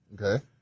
Okay